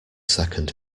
second